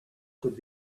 could